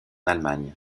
allemagne